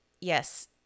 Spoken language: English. yes